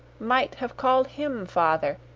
might have called him father,